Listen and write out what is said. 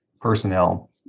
personnel